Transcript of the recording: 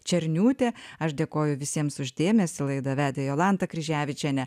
černiūtė aš dėkoju visiems už dėmesį laidą vedė jolanta kryževičienė